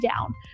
down